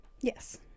Yes